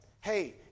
Hey